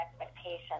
expectations